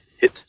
hit